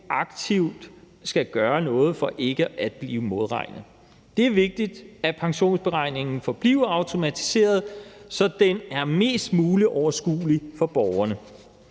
aktivt skal gøre noget for ikke at blive modregnet. Det er vigtigt, at pensionsberegningen forbliver automatiseret, så den er mest mulig overskuelig for borgerne.